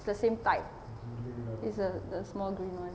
the same type is the the small green one